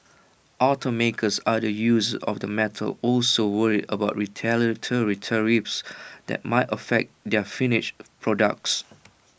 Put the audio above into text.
automakers other users of the metals also worried about retaliatory tariffs that might affect their finished products